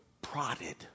prodded